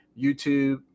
YouTube